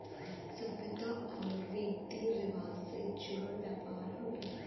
सभ्यता आउर रीती रिवाज से जुड़ल व्यापार हउवे